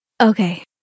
Okay